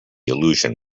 illusion